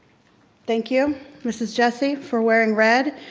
thank you mrs. jessie for wearing red.